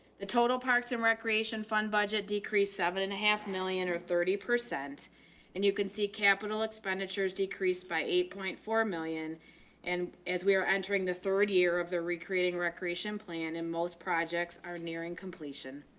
the total parks and recreation fund budget decreased seven and a half million or thirty percent and you can see capital expenditures decreased by eight point four million and as we are entering the third year of the recreating recreation plan in most projects are nearing completion.